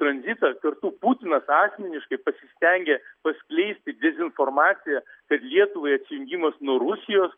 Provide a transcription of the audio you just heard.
tranzitą kartu putinas asmeniškai pasistengė paskleisti dezinformaciją kad lietuvai atsijungimas nuo rusijos